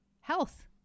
health